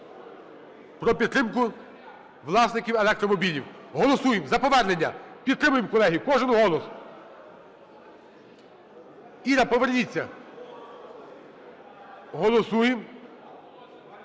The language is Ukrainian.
про підтримку власників електромобілів, голосуємо за повернення, підтримуємо, колеги, кожен голос. Іра, поверніться. Голосуємо.